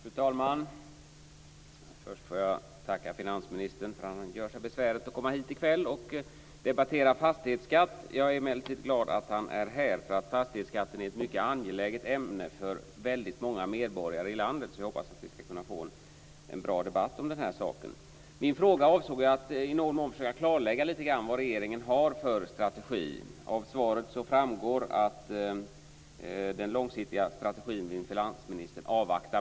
Fru talman! Först vill jag tacka finansministern för att han gör sig besväret att komma hit i kväll och debattera fastighetsskatt. Jag är glad att han är här. Fastighetsskatten är nämligen ett mycket angeläget ämne för många medborgare i landet. Jag hoppas att vi skall få en bra debatt om den. Min fråga avsåg att i någon mån försöka klarlägga regeringens strategi. Av svaret framgår att finansministern vill avvakta med den långsiktiga strategin.